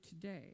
today